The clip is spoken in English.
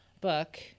book